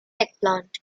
eggplant